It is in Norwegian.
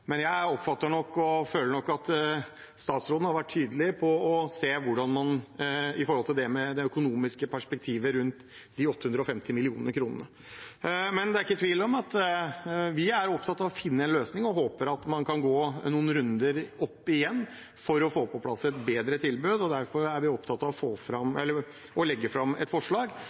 statsråden har vært tydelig på å se på det økonomiske perspektivet rundt de 850 mill. kr. Det er ikke tvil om at vi er opptatt av å finne en løsning, og jeg håper man kan gå noen runder til for å få på plass et bedre tilbud. Derfor var vi opptatt av å legge fram et forslag. Vi mener at det er flere muligheter for å